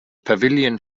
pavilion